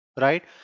Right